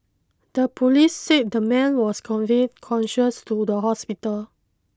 the police said the man was conveyed conscious to the hospital